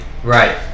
Right